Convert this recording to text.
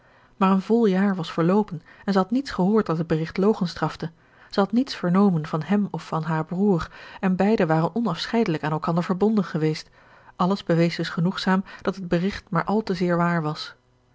een vol jaar was verloopen en zij had niets gehoord dat het berigt logenstrafte zij had niets vernomen van hem of van haren broeder en beide waren onafscheidelijk aan elkander verbonden geweest alles bewees dus genoegzaam dat het berigt maar al te zeer waar was